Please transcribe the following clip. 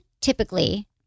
typically